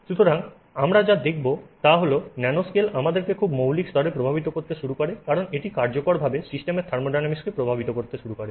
সুতরাং আমরা যেটা দেখব তা হল ন্যানোস্কেল আমাদেরকে খুব মৌলিক স্তরে প্রভাবিত করতে শুরু করে কারণ এটি কার্যকরভাবে সিস্টেমের থার্মোডিনামিক্সকে প্রভাবিত করতে শুরু করে